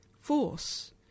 force